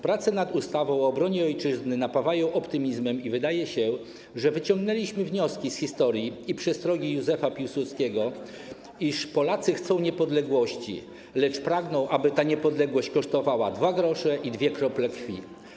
Prace nad ustawą o obronie Ojczyzny napawają optymizmem i wydaje się, że wyciągnęliśmy wnioski z historii i przestrogi Józefa Piłsudskiego, iż Polacy chcą niepodległości, lecz pragną, aby ta niepodległość kosztowała 2 gr i dwie krople krwi.